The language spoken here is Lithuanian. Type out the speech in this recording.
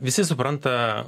visi supranta